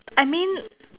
I mean